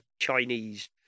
Chinese